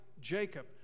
Jacob